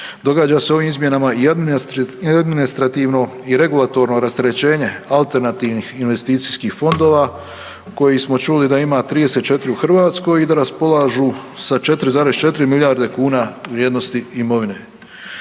događa se ovim izmjenama i administrativno i regulatorno rasterećenje alternativnih investicijskih fondova koji smo čuli da ima 34 u Hrvatskoj i da raspolažu sa 4,4 milijarde kuna vrijednosti imovine.